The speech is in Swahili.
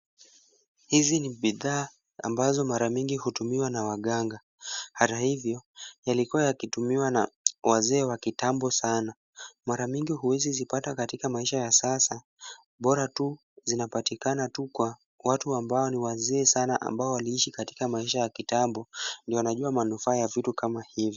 Hizi ni bidhaa ambazo mara mingi hutumiwa na waganga. Ata hivyo yalikuwa yakitumiwa na wazee wa kitambo sana. Mara mingi huwezi zipata katika maisha ya sasa bora tu zinapatikana tu kwa watu ambao ni wazee sana ambao waliishi katika maisha ya kitambo ndio wanajua manufaa ya vitu kama hivyo.